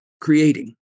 creating